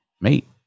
mate